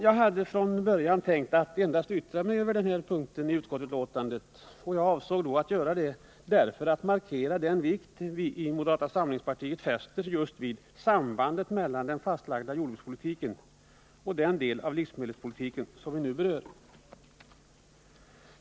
Jag hade från början tänkt att yttra mig endast över denna enda punkt i utskottsbetänkandet, och jag avsåg göra det för att markera den vikt vi i moderata samlingspartiet fäster just vid sambandet mellan den fastlagda jordbrukspolitiken och den del av livsmedelspolitiken som vi nu berör.